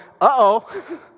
uh-oh